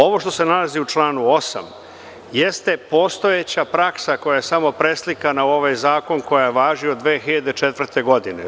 Ovo što se nalazi u članu 8. je postojeća praksa koja je samo preslikana u ovaj zakon, koja važi od 2004. godine.